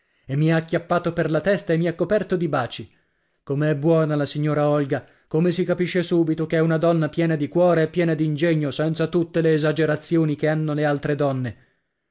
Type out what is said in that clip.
io e mi ha acchiappato per la testa e mi ha coperto di baci come è buona la signora olga come si capisce subito che è una donna piena di cuore e piena d'ingegno senza tutte le esagerazioni che hanno le altre donne